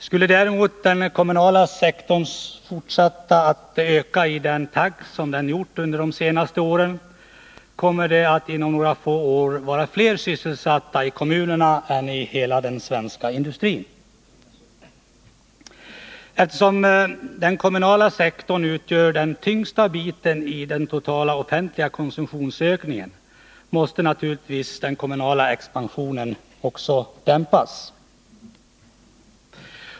Skulle däremot den kommunala sektorn fortsätta att öka i samma takt som under de senaste åren, kommer det att inom några få år vara fler sysselsatta i kommunerna än det är i hela den svenska industrin. Eftersom den kommunala sektorn utgör den tyngsta biten i den totala offentliga konsumtionsökningen, måste naturligtvis den kommunala expansionen dämpas.